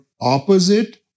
opposite